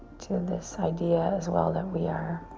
to this idea as well that we are,